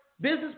business